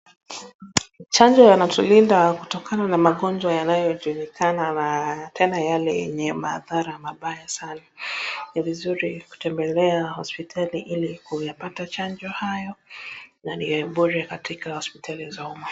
Chanjo yanatulinda kutokana na magonjwa yanayojulikana tena yale yenye maadhara sana. Ni vizuri kutembelea hospitali ili kuyapata chanjo hayo na ni bora katika hospitali za umma.